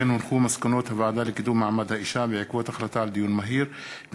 מסקנות הוועדה לקידום מעמד האישה ולשוויון מגדרי בעקבות דיון מהיר בהצעת